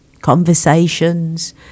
conversations